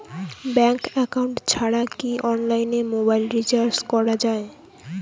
Bank account ছাড়া কি অনলাইনে মোবাইল রিচার্জ করা যায়?